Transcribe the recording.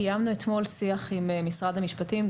קיימנו אתמול שיח עם משרד המשפטים,